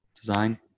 design